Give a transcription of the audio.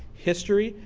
history.